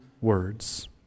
words